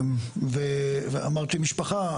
ואמרתי משפחה,